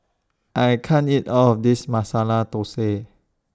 I can't eat All of This Masala Thosai